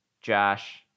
Josh